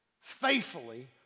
faithfully